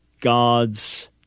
God's